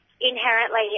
inherently